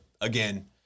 again